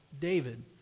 David